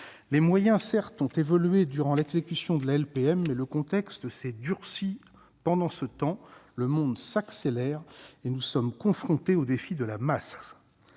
les moyens certes ont évolués durant l'exécution de la LPM ne le contexte s'est durcie, pendant ce temps, le monde s'accélère et nous sommes confrontés au défi de la masse,